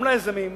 גם ליזמים,